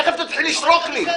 תכף תתחיל לשרוק לי.